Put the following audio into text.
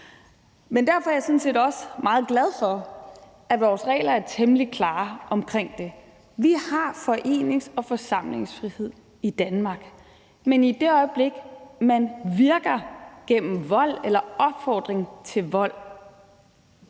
Derfor er jeg sådan set også meget glad for, at vores regler er temmelig klare omkring det: Vi har forenings- og forsamlingsfrihed i Danmark, men i det øjeblik, man virker gennem vold eller opfordring til vold,